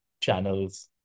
channels